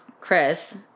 chris